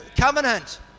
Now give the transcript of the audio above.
covenant